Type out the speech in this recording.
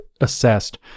assessed